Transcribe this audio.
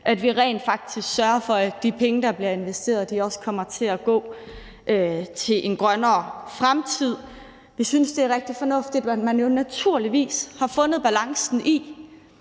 at vi rent faktisk sørger for, at de penge, der bliver investeret, også kommer til at gå til en grønnere fremtid. Vi synes, det er rigtig fornuftigt, at man har fundet balancen,